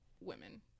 women